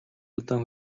удаан